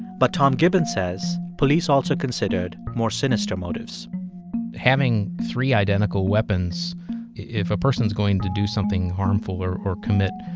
but tom gibbons says police also considered more sinister motives having three identical weapons if a person's going to do something harmful or or commit